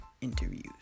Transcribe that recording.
Interviews